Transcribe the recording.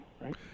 right